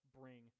bring